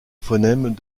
phonèmes